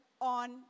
on